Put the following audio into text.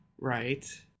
Right